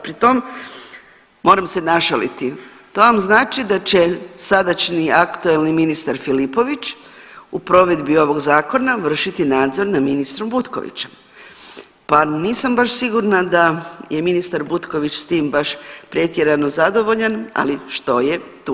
Pri tom moram se našaliti, to vam znači da će sadašnji aktualni ministar Filipović u provedbi ovoga zakona vršiti nadzor nad ministrom Butkovićem, pa nisam baš sigurna da je ministar Butković s tim baš pretjerano zadovoljan, ali što je tu.